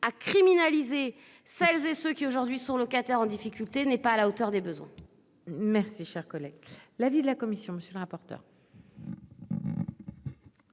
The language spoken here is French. à criminaliser celles et ceux qui aujourd'hui sont locataires en difficulté n'est pas à la hauteur des besoins. Merci cher collègue. L'avis de la commission. Monsieur le rapporteur.